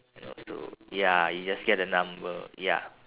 and also ya you just get a number ya